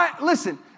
listen